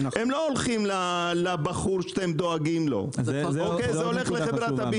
לא הולך לבחור שאתם דואגים לו הוא הולך לחברת הביטוח.